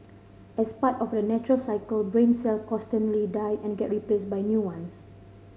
as part of a natural cycle brain cell constantly die and get replaced by new ones